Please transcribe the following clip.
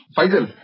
Faisal